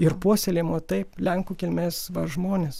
ir puoselėjimo taip lenkų kilmės va žmonės